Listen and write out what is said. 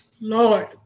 Lord